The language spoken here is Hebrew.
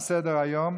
תם סדר-היום.